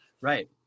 Right